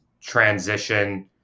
transition